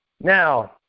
Now